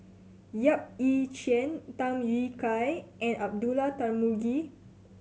Yap Ee Chian Tham Yui Kai and Abdullah Tarmugi